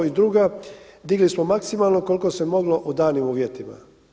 I druga, digli smo maksimalno koliko se moglo u danim uvjetima.